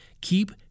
Keep